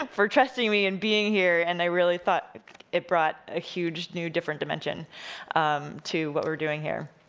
ah for trusting me in being here, and i really thought it brought a huge new different dimension to what we're doing here.